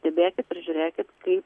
stebėkit ir žiūrėkit kaip